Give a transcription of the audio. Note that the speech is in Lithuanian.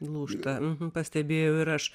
lūžta pastebėjau ir aš